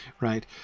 right